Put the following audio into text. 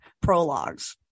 prologues